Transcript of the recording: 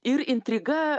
ir intriga